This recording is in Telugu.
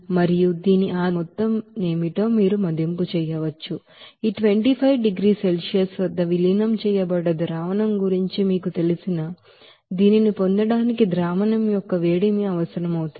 మరియు దీని ఆధారంగా మీకు తెలిసిన మొత్తం ఏమిటో మీరు మదింపు చేయవచ్చు ఈ 25 డిగ్రీల సెల్సియస్ వద్ద విలీనం చేయబడ్డ ಸೊಲ್ಯೂಷನ್ గురించి మీకు తెలిసిన దీనిని పొందడానికి ಸೊಲ್ಯೂಷನ್ యొక్క వేడిమి అవసరం అవుతుంది